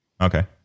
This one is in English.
Okay